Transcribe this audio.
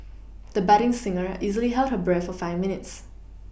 the budding singer easily held her breath for five minutes